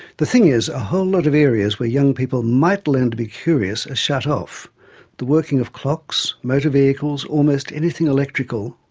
the thing is, a whole lot of areas where young people might learn to be curious are shut off the workings of clocks, motor vehicles, almost anything electrical,